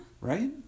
right